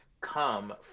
come